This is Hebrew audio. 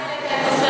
אתה העלית את נושא,